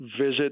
visit